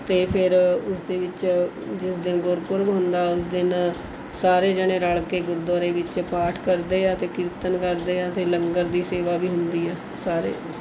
ਅਤੇ ਫੇਰ ਉਸ ਦੇ ਵਿੱਚ ਜਿਸ ਦਿਨ ਗੁਰਪੁਰਬ ਹੁੰਦਾ ਉਸ ਦਿਨ ਸਾਰੇ ਜਣੇ ਰਲ਼ ਕੇ ਗੁਰਦੁਆਰੇ ਵਿੱਚ ਪਾਠ ਕਰਦੇ ਹੈ ਅਤੇ ਕੀਰਤਨ ਕਰਦੇ ਹੈ ਅਤੇ ਲੰਗਰ ਦੀ ਸੇਵਾ ਵੀ ਹੁੰਦੀ ਹੈ ਸਾਰੇ